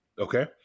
Okay